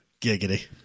Giggity